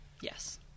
Yes